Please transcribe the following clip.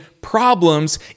problems